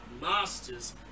masters